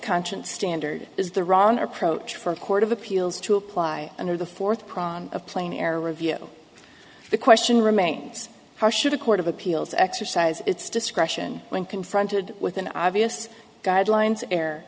conscience standard is the wrong approach for a court of appeals to apply under the fourth prong of plain error review the question remains how should a court of appeals exercise its discretion when confronted with an obvious guidelines air